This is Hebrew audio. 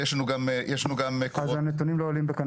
ויש לנו גם מקורות --- אז הנתונים לא עולים בקנה